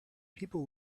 people